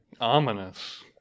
Ominous